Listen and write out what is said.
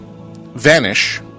vanish